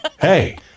Hey